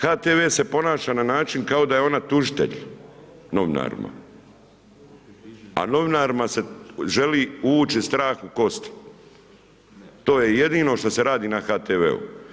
HTV se ponaša na način kao da je ona tužitelj novinarima, a novinarima se želi uvući strah u kosti, to je jedino što se radi na HTV-u.